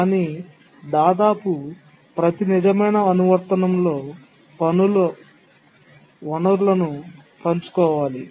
కానీ దాదాపు ప్రతి నిజమైన అనువర్తనంలో పనులు వనరులను పంచుకోవాలి